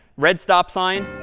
red stop sign.